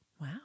wow